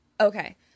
Okay